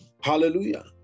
hallelujah